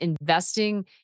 investing